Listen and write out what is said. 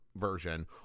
version